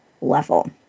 level